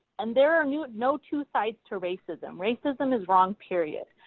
and there are no no two sides to racism, racism is wrong period.